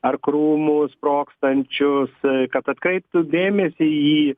ar krūmų sprogstančius kad atkreiptų dėmesį į